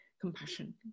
compassion